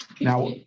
Now